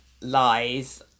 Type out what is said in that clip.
lies